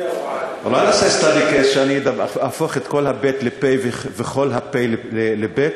אולי נעשה study case שאני אהפוך את כל הבי"ת לפ"א ואת כל הפ"א לבי"ת?